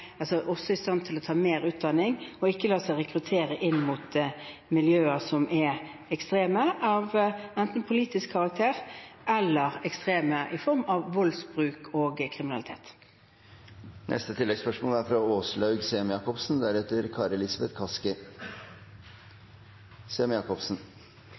utdanning og ikke lar seg rekruttere inn i miljøer som er ekstreme enten av politisk karakter eller ekstreme i form av voldsbruk og kriminalitet.